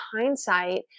hindsight